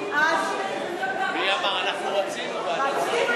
אז תחליטו אם אתם רוצים לנמק את ההצעות או להתווכח שם